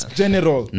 general